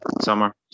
summer